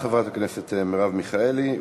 תודה, חברת הכנסת מרב מיכאלי.